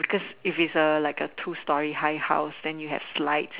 because if it is like a two story high house then you had slide